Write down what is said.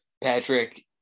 Patrick